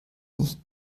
nicht